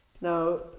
Now